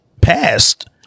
passed